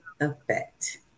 effect